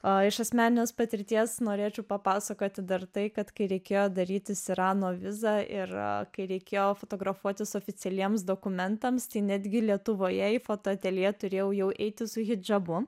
o iš asmeninės patirties norėčiau papasakoti dar tai kad kai reikėjo darytis irano vizą ir kai reikėjo fotografuotis oficialiems dokumentams tai netgi lietuvoje į fotoateljė turėjau jau eiti su hidžabu